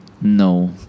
No